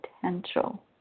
potential